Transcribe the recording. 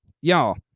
y'all